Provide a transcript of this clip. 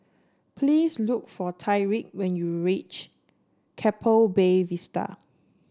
please look for Tyreek when you reach Keppel Bay Vista